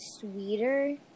sweeter